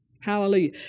Hallelujah